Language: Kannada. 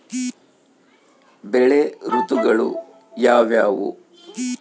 ಬೆಳೆ ಋತುಗಳು ಯಾವ್ಯಾವು?